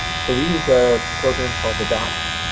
so we use a program called the d